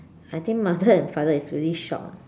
I think mother and father is really shocked lah